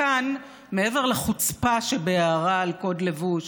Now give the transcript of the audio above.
מכאן, מעבר לחוצפה שבהערה על קוד לבוש